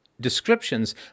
descriptions